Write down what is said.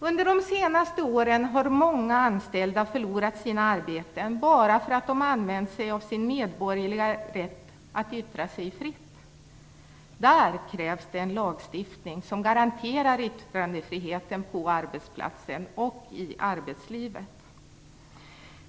Under de senaste åren har många förlorat sina arbeten bara för att de använt sig av sin medborgerliga rätt att yttra sig fritt. Där krävs en lagstiftning som garanterar yttrandefriheten på arbetsplatsen och i arbetslivet.